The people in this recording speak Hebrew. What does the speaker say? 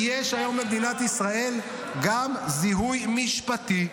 -- כי יש היום במדינת ישראל גם זיהוי משפטי.